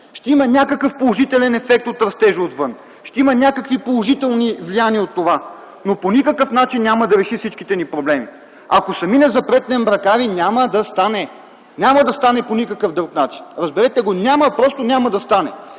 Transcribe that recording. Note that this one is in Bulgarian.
Ще има някакъв положителен ефект от растежа отвън, ще има някакви положителни влияния от това, но по никакъв начин няма да реши всичките ни проблеми. Ако сами не запретнем ръкави, няма да стане. Няма да стане по никакъв друг начин, разберете го. Няма, просто няма да стане!